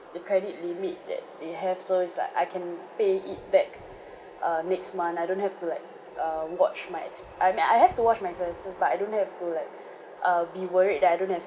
the credit limit that they have so it's like I can pay it back err next month I don't have to like err watch my exp~ I mean I have to watch my expenses but I don't have to like err be worried that I don't have